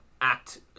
act